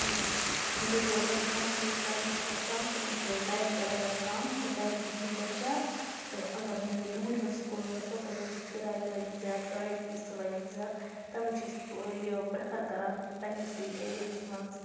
یُتھُے تور بَچہِ کانٛہہ تہِ بَچہِ پَرنہِ چھِ گژھان تِمَن چھِ ٹایم تہِ لَگان کَم تہٕ ٹایم تہِ چھُکھ بَچان تہٕ اگر وٕنہِ دوٗرمٮ۪ن سکوٗلَن گژھو تَتہِ لَگہِ کِراے تہِ لَگہِ زیادٕ گاڑِ فیٖس تہِ لَگہِ زیادٕ تَوَے چھِ أسۍ یہِ پرٛٮ۪فَر کَران پنٛنِسٕے ایریاہَس منٛز